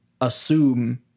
assume